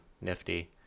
nifty